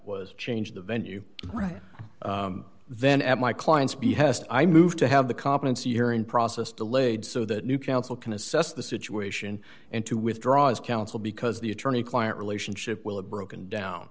was change the venue right then at my client's behest i move to have the competency hearing process delayed so that new counsel can assess the situation and to withdraw as counsel because the attorney client relationship will have broken down